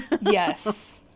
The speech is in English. Yes